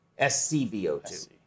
SCVO2